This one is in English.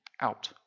out